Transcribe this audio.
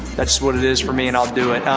that's what it is for me and i'll do it.